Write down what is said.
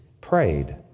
prayed